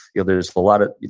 you know there's a lot of,